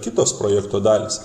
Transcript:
kitos projekto dalys